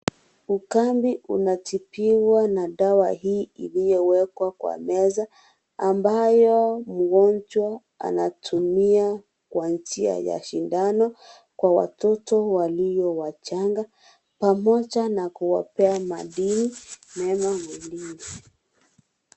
Ukambi unatibiwa na dawa hii iliyowekwa kwa meza ambayo mgonjwa anatumia kwa njia ya sindano kwa watoto walio wachanga pamoja na kuwapea madini mema mwilini.